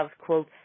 quote